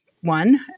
one